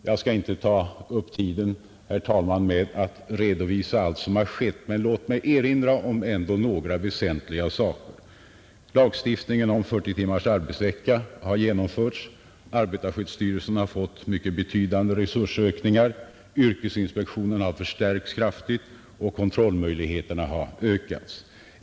Jag skall inte ta upp tiden, herr talman, med att redovisa allt som skett, men låt mig ändå påminna om några väsentliga saker. Lagstiftningen om 40 timmars arbetsvecka har genomförts. Arbetarskyddslagstiftningen har fått mycket betydande resursökningar, Yrkesinspektionen har förstärkts kraftigt och kontrollmöjligheterna har ökat.